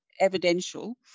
evidential